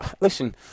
listen